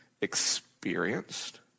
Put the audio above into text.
experienced